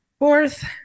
Fourth